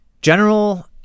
general